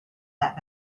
that